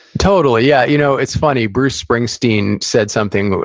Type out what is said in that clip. totally, yeah. you know it's funny, bruce springsteen said something,